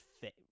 fit